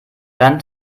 dann